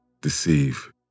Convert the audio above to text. deceive